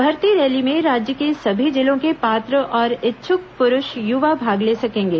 भर्ती रैली में राज्य के सभी जिलों के पात्र और इच्छुक पुरूष युवा भाग ले सकेंगे